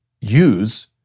use